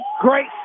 Great